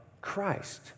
Christ